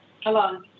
hello